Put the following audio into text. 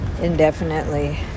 indefinitely